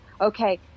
Okay